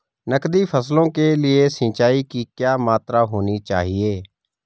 नकदी फसलों के लिए सिंचाई की क्या मात्रा होनी चाहिए?